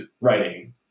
writing